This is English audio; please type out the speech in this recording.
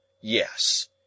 Yes